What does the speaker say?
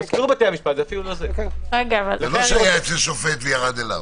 זה לא שהיה אצל שופט וירד אליו.